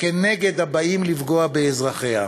כנגד הבאים לפגוע באזרחיה,